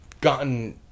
gotten